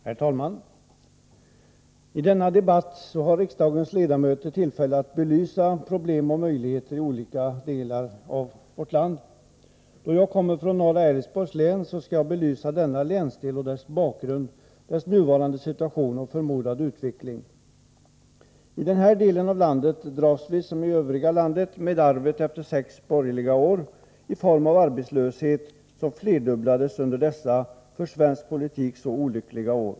Herr talman! I denna debatt har riksdagens ledamöter tillfälle att belysa problem och möjligheter i landets olika delar. Då jag kommer från norra Älvsborgs län skall jag belysa denna länsdel med dess bakgrund, nuvarande situation och förmodad utveckling. I den här delen av landet dras vi, som i övriga landet, med arvet efter de sex borgerliga åren i form av arbetslöshet som flerdubblades under dessa, för svensk politik, så olyckliga år.